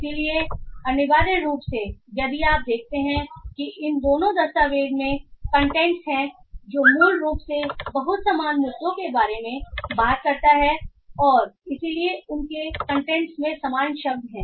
इसलिए अनिवार्य रूप से यदि आप देखते हैं कि दोनों दस्तावेज़ में कंटेंट्स हैं मूल रूप से बहुत समान मुद्दों के बारे में बात करता है और इसलिए उनके कंटेंट्स में समान शब्द हैं